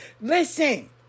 Listen